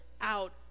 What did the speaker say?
out